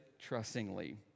trustingly